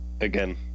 again